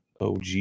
OG